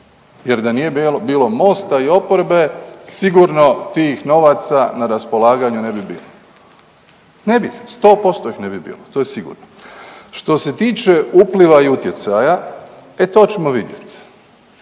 jer da nije bilo MOST-a i oporbe sigurno tih novaca na raspolaganju ne bi bilo. Ne bi, 100% ih ne bi bilo to je sigurno. Što se tiče upliva i utjecaja, e to ćemo vidjet,